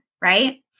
right